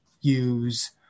use